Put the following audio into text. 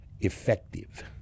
effective